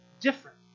different